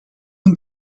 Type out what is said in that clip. een